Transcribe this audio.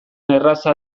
erraza